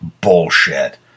bullshit